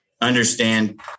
understand